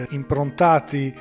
improntati